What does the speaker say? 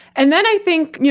and then, i think. yeah